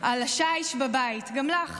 על השיש בבית, גם לך.